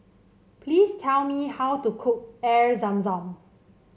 please tell me how to cook Air Zam Zam